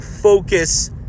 focus